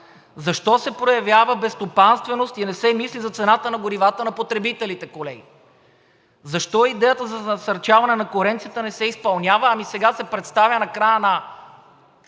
Защо се проявява безстопанственост и не се мисли за цената на горивата на потребителите, колеги? Защо идеята за насърчаване на конкуренцията не се изпълнява, ами сега се представя на края на